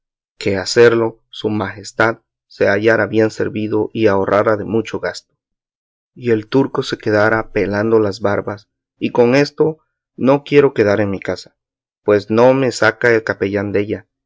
que a serlo su majestad se hallara bien servido y ahorrara de mucho gasto y el turco se quedara pelando las barbas y con esto no quiero quedar en mi casa pues no me saca el capellán della